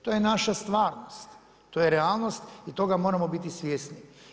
To je naša stvarnost, to je realnost i toga moramo biti svjesni.